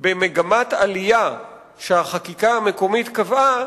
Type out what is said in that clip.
במגמת עלייה שהחקיקה קבעה,